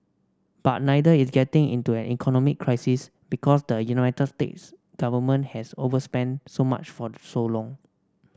but neither is getting into an economic crisis because the United States government has overspent so much for so long